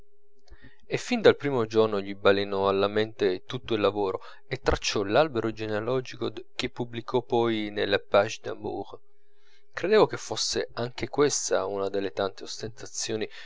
e fin dal primo giorno gli balenò alla mente tutto il lavoro e tracciò l'albero genealogico che pubblicò poi nella page d'amour credevo che fosse anche questa una delle tante ostentazioni